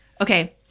Okay